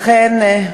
לכן,